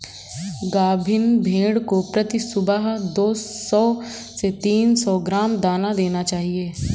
गाभिन भेड़ को प्रति सुबह दो सौ से तीन सौ ग्राम दाना देना चाहिए